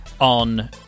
on